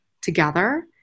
together